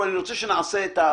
אני רוצה שנעשה הבחנה.